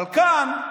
כאן,